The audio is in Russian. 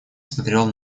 смотрел